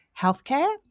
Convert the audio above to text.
healthcare